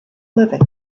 living